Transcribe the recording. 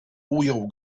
ujął